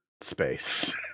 space